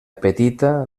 petita